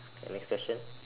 k next question